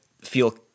feel